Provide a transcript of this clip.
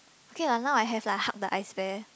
okay lah now I have lah hug the ice bear